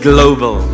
Global